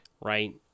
right